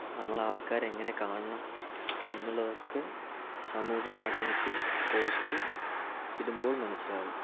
നമ്മളെ ആൾക്കാരെങ്ങനെ കാണണം എന്നുള്ളതൊക്കെ സമൂഹ മാധ്യമത്തിൽ പോസ്റ്റ് ഇടുമ്പോൾ മനസ്സിലാവും